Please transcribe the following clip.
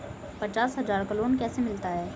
पचास हज़ार का लोन कैसे मिलता है?